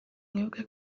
mwibuke